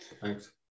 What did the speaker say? Thanks